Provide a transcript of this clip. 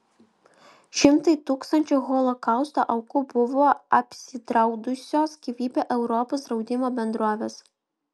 šimtai tūkstančių holokausto aukų buvo apsidraudusios gyvybę europos draudimo bendrovėse